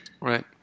Right